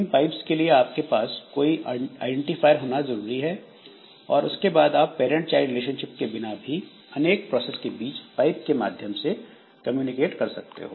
इन pipes के लिए आपके पास कोई आईडेंटिफायर होना जरूरी है और इसके बाद आप पैरंट चाइल्ड रिलेशनशिप के बिना भी अनेक प्रोसेस के बीच पाइप के माध्यम से कम्युनिकेट कर सकते हो